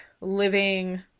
living